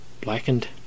blackened